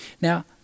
Now